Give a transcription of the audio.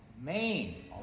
Maine